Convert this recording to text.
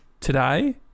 today